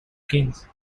kings